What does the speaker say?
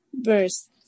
verse